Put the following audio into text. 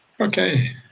Okay